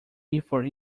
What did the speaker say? effort